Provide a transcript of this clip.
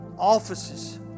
offices